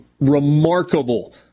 remarkable